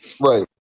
Right